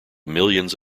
millions